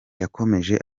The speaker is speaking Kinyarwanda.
yakomeje